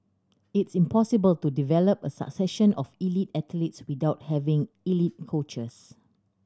it's impossible to develop a succession of elite athletes without having elite coaches